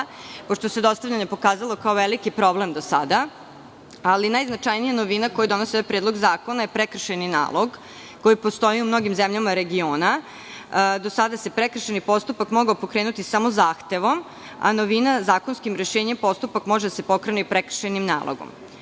pošto se dostavljanje do sada pokazalo kao veliki problem. Najznačajnija novina koju donosi ovaj predlog zakona je prekršajni nalog, koji postoji u mnogim zemljama regiona. Do sada se prekršajni postupak mogao pokrenuti samo zahtevom, a novina zakonskim rešenjem je da postupak može da se pokrene i prekršajnim nalogom.